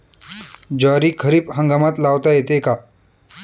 ज्वारी खरीप हंगामात लावता येते का?